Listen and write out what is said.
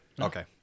okay